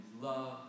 love